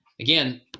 Again